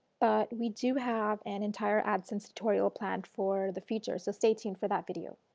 but we do have an entire adsense tutorial planned for the future, so stay tuned for that video.